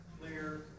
clear